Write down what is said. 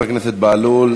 תודה, חבר הכנסת בהלול.